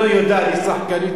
משפט אמרה.